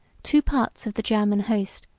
two parts of the german host,